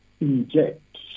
inject